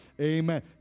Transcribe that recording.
Amen